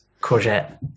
courgette